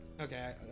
Okay